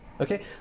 okay